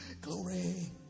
glory